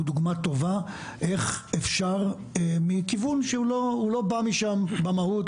הוא דוגמה טובה איך אפשר מכיוון שהוא לא בא משם במהות.